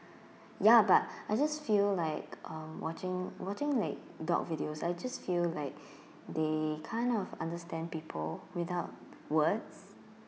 ya but I just feel like um watching watching like dog videos I just feel like they kind of understand people without words